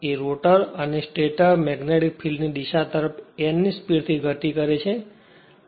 અને રોટરતે stator magnetic ફિલ્ડની દિશા તરફ n ની સ્પીડ થી ગતિ કરે છે